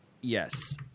Yes